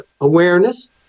awareness